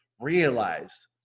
realize